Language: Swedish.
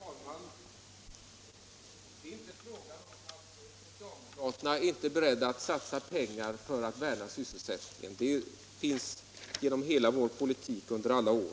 Herr talman! Det är självfallet inte fråga om att socialdemokraterna inte är beredda att satsa pengar för att värna sysselsättningen — det har under alla år funnits med i vår